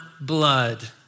blood